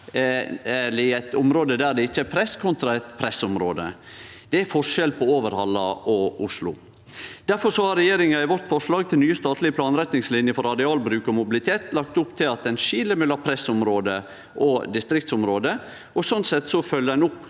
i eit område der det ikkje er press, enn i eit pressområde. Det er forskjell på Overhalla og Oslo. Difor har regjeringa i forslaget vårt til nye statlege planretningsliner for arealbruk og mobilitet lagt opp til at ein skil mellom pressområde og distriktsområde, og slik sett følgjer ein opp